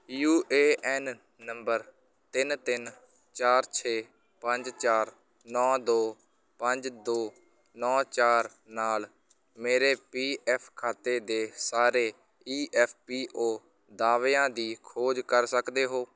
you A N ਨੰਬਰ ਤਿੰਨ ਤਿੰਨ ਚਾਰ ਛੇ ਪੰਜ ਚਾਰ ਨੌਂ ਦੋ ਪੰਜ ਦੋ ਨੌਂ ਚਾਰ ਨਾਲ ਮੇਰੇ ਪੀ ਐੱਫ ਖਾਤੇ ਦੇ ਸਾਰੇ ਈ ਐੱਫ ਪੀ ਓ ਦਾਅਵਿਆਂ ਦੀ ਖੋਜ ਕਰ ਸਕਦੇ ਹੋ